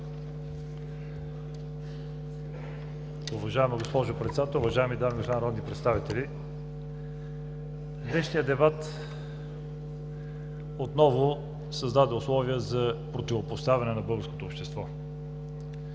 Днешният дебат отново създаде условия за противопоставяне на българското общество.